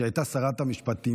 שהייתה שרת המשפטים,